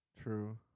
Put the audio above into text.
True